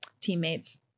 teammates